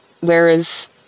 whereas